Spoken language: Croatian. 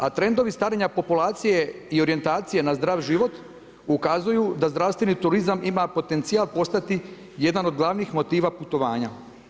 A trendovi starenja populacije i orijentacije na zdrav život ukazuju da zdravstveni turizam ima potencijal postati jedan od glavnih motiva putovanja.